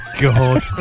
god